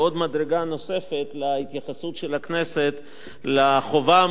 נוספת להתייחסות של הכנסת לחובה המוסרית,